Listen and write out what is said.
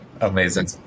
Amazing